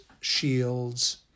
shields